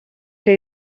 que